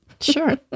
Sure